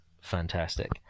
fantastic